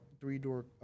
three-door